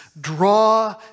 draw